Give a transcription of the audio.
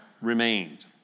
remained